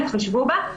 יתחשבו בה,